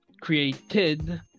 created